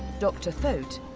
dr thote,